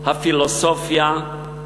הפילוסופיה,